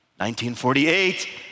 1948